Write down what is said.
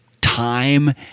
time